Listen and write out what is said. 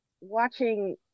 watching